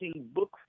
book